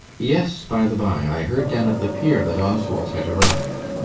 yes, by-the-bye i heard down at the pier that oswald had arrived.